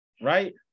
Right